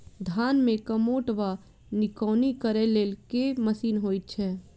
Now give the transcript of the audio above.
धान मे कमोट वा निकौनी करै लेल केँ मशीन होइ छै?